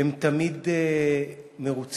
הם תמיד מרוצים,